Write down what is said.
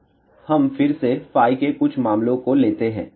अब हम फिर से φ के कुछ मामलों हो लेते हैं